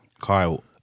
Kyle